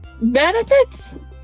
benefits